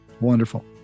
Wonderful